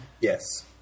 Yes